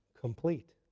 complete